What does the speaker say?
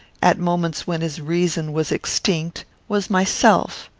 at moments when his reason was extinct, was myself.